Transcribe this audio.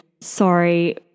Sorry